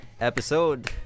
episode